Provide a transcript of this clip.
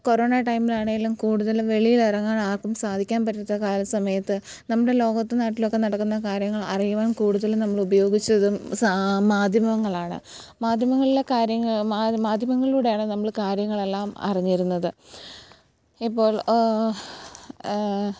corona ടൈമിലാണേലും കൂടുതൽ വെളിയിലിറങ്ങാനാർക്കും സാധിക്കാൻ പറ്റാത്ത കാലം സമയത്ത് നമ്മുടെ ലോകത്ത് നാട്ടിലൊക്ക നടക്കുന്ന കാര്യങ്ങൾ അറിയുവാൻ കൂടുതലും നമ്മളുപയോഗിച്ചതും സാ മാധ്യമങ്ങളാണ് മാധ്യമങ്ങളിലെ കാര്യങ്ങൾ മാധ്യമം മാധ്യമം മാധ്യമങ്ങൾളൂടെയാണ് നമ്മൾ കാര്യങ്ങളെല്ലാം അറിഞ്ഞിരുന്നത് ഇപ്പോൾ